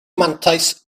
mantais